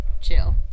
chill